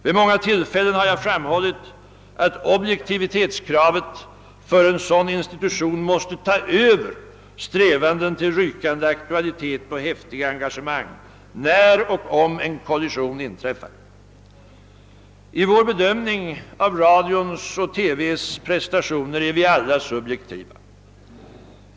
Vid många tillfällen har jag framhållit att objektivitetskravet för en sådan institution måste ta över strävanden till rykande aktualitet och häftiga engagemang när och om en kollision inträffar. I vår bedömning av radions och televisionens prestationer är vi alla subjektiva.